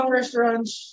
restaurants